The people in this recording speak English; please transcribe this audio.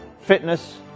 fitness